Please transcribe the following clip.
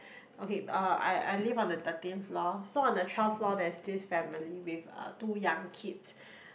okay uh I I live on the thirteenth floor so on the twelve floor there's this family with uh two young kids